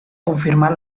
confirmar